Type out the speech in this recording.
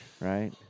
right